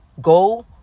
Go